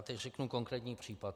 Teď řeknu konkrétní případ.